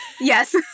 Yes